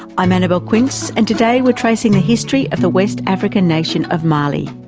i'm annabelle quince, and today we're tracing the history of the west african nation of mali.